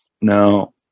No